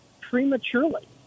prematurely